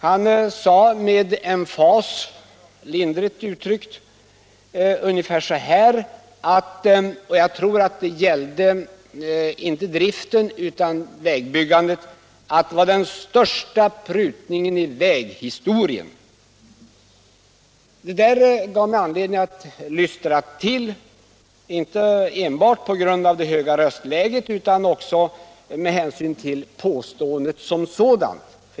Han sade med emfas, lindrigt uttryckt, ungefär så här — jag tror att det gällde vägbyggandet och inte driften: Det är den största prutningen i väghistorien. Detta gav mig anledning att lystra till, inte enbart på grund av det höga röstläget, utan också med hänsyn till påståendet som sådant.